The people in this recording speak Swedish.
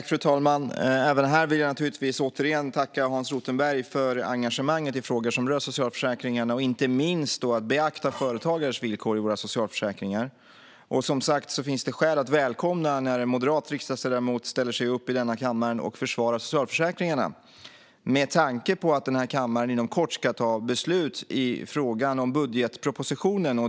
Fru talman! Jag vill naturligtvis tacka Hans Rothenberg för engagemanget i frågor som rör socialförsäkringarna. Det handlar inte minst om att beakta företagares villkor i våra socialförsäkringar. Det finns som sagt skäl att välkomna när en moderat riksdagsledamot ställer sig upp i denna kammare och försvarar socialförsäkringarna, med tanke på att kammaren inom kort ska ta beslut i fråga om budgetpropositionen.